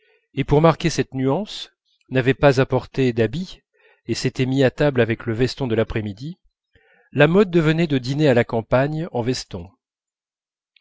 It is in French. et pour marquer cette nuance n'avait pas apporté d'habits et s'était mis à table avec le veston de l'après-midi la mode devenait de dîner à la campagne en veston